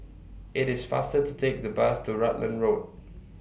IT IS faster to Take The Bus to Rutland Road